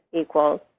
equals